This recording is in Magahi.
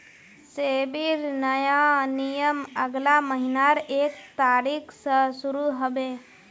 सेबीर नया नियम अगला महीनार एक तारिक स शुरू ह बे